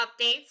updates